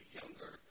younger